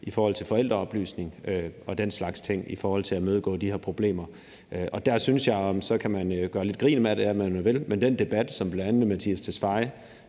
i folkeskolen, med forældreoplysning og den slags ting, i forhold til at imødegå de her problemer. Der synes jeg, og så kan man gøre lidt grin med det, om man vil, at den debat, som bl.a. Mattias Tesfaye